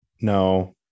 No